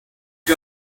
you